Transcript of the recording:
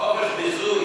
חופש ביזוי.